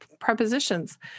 prepositions